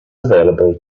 available